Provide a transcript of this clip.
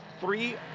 three